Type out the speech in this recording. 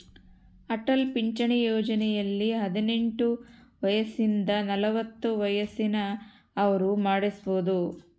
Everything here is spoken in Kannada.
ಅಟಲ್ ಪಿಂಚಣಿ ಯೋಜನೆಯಲ್ಲಿ ಹದಿನೆಂಟು ವಯಸಿಂದ ನಲವತ್ತ ವಯಸ್ಸಿನ ಅವ್ರು ಮಾಡ್ಸಬೊದು